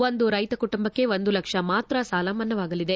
ಒಂದು ರೈತ ಕುಟುಂಬಕ್ಕೆ ಒಂದು ಲಕ್ಷ ಮಾತ್ರ ಸಾಲ ಮನ್ನಾವಾಗಲಿದೆ